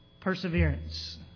perseverance